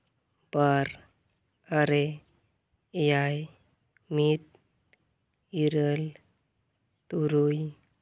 ᱵᱟᱨ ᱟᱨᱮ ᱮᱭᱟᱭ ᱢᱤᱫ ᱤᱨᱟᱹᱞ ᱛᱩᱨᱩᱭ